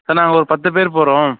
sir நாங்கள் ஒரு பத்து பேர் போகிறோம்